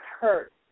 hurt